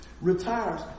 Retires